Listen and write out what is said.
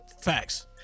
Facts